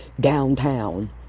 downtown